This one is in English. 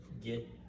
get